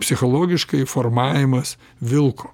psichologiškai formavimas vilko